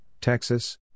Texas